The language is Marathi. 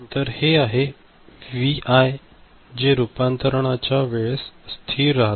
तर हे आहे व्हीआय जे रूपांतराना च्या वेळेस स्थिर राहत